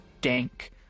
dank